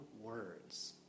words